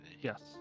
Yes